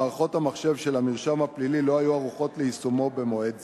מערכות המחשב של המרשם הפלילי לא היו ערוכות ליישומו במועד זה.